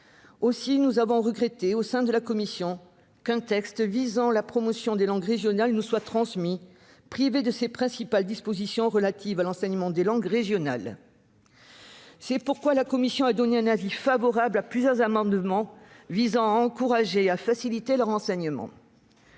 Aussi la commission a-t-elle regretté qu'un texte visant la promotion des langues régionales nous soit transmis amputé de ses principales dispositions relatives à l'enseignement des langues régionales. C'est pourquoi la commission a donné un avis favorable à plusieurs amendements tendant à encourager et à faciliter leur enseignement.